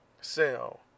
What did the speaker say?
sell